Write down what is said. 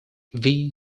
vee